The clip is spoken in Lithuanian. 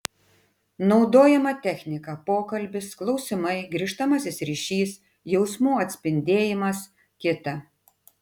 naudojama technika pokalbis klausimai grįžtamasis ryšys jausmų atspindėjimas kita